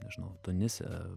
nežinau tunise